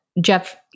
Jeff